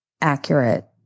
accurate